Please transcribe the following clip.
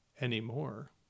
anymore